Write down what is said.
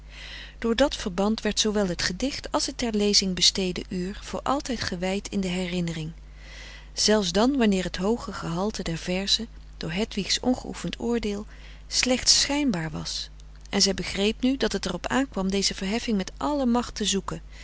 door dat verband werd zoowel het gedicht als het ter lezing besteedde uur voor altijd gewijd in de herinnering zelfs dan wanneer het hooge gehalte der verzen door hedwigs ongeoefend oordeel slechts schijnbaar was en zij begreep nu dat het er op aankwam deze verheffing met alle macht te zoeken